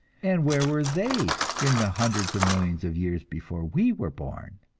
and where were they in the hundreds of millions of years before we were born,